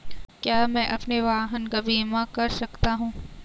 क्या मैं अपने वाहन का बीमा कर सकता हूँ?